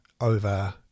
over